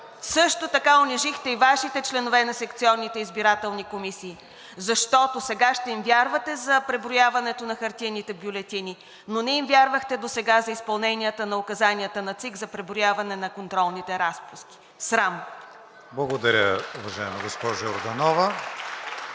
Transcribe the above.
също така унижихте и Вашите членове на секционните избирателни комисии, защото сега ще им вярвате за преброяването на хартиените бюлетини, но не им вярвахте досега за изпълненията на указанията на ЦИК за преброяване на контролните разписки. Срам! (Ръкопляскания от „Демократична